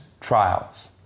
trials